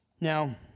Now